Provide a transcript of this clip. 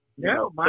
No